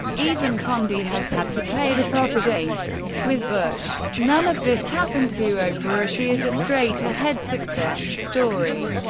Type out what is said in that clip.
even condi has had to play the protege with bush. none of this happened to oprah she is a straight ahead success story.